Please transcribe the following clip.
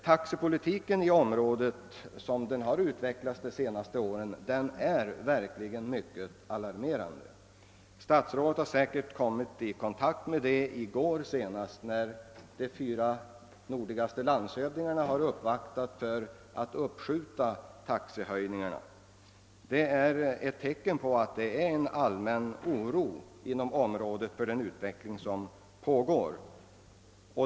Taxepolitiken i Norrland, så som den har utvecklats under de senaste åren, är verkligen mycket alarmerande. Statsrådet har säkert kommit i kontakt med problemet. Senast i går uppvaktades statsrådet av landshövdingarna för de fyra nordligaste länen som begärde att taxehöjningarna skulle uppskjutas. Det är ett tecken på en allmän oro inom områdena i norr för den utveckling som pågår.